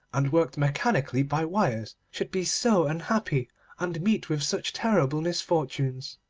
and worked mechanically by wires, should be so unhappy and meet with such terrible misfortunes.